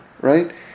right